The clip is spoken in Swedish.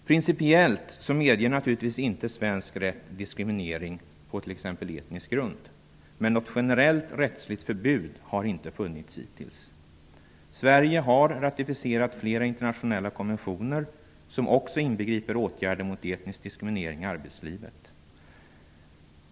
Principiellt medger naturligtvis inte svensk rätt diskriminering på t.ex. etnisk grund, men något generellt rättsligt förbud har inte funnits hittills. Sverige har ratificerat flera internationella konventioner som också inbegriper åtgärder mot etnisk diskriminering i arbetslivet.